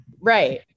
right